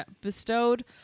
bestowed